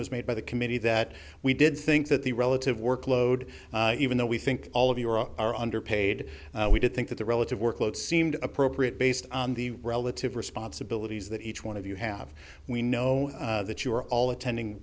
terminations made by the committee that we did think that the relative workload even though we think all of you are underpaid we did think that the relative workload seemed appropriate based on the relative responsibilities that each one of you have we know that you are all attending